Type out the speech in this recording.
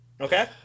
Okay